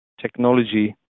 technology